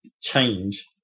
change